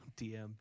DM